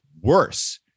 worse